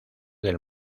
del